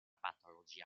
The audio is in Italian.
patologia